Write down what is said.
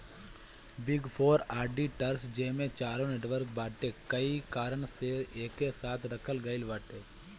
big four auditors जेमे चारो network बाटे कई कारण से एके साथे रखल गईल बाटे